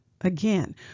Again